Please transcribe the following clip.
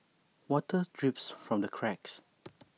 water drips from the cracks